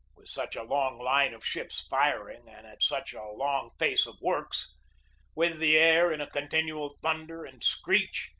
with such a long line of ships firing and at such a long face of works with the air in a continual thunder and screech,